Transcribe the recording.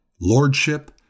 Lordship